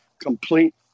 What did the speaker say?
complete